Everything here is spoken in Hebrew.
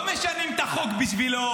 לא משנים את החוק בשבילו,